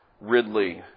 Ridley